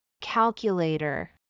Calculator